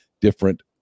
different